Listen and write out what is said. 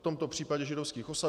V tomto případě židovských osad.